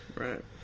right